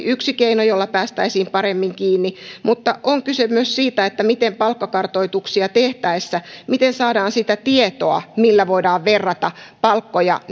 yksi keino jolla päästäisiin paremmin kiinni mutta on kyse myös siitä miten palkkakartoituksia tehtäessä saadaan sitä tietoa millä voidaan verrata palkkoja